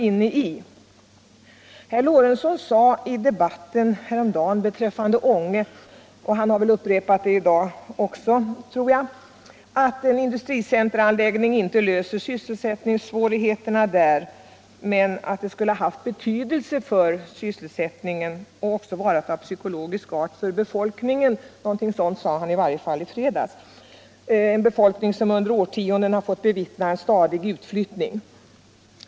Herr Lorentzon sade i debatten i fredags beträffande Ånge — och jag tror att han har upprepat det i dag — att en industricenteranläggning inte löser sysselsättningsproblemen där men att den skulle ha haft betydelse för sysselsättningen, även av psykologisk natur. Befolkningen här har under årtionden fått bevittna en stadig utflyttning.